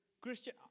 Christian